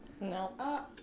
No